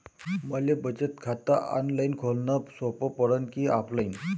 मले बचत खात ऑनलाईन खोलन सोपं पडन की ऑफलाईन?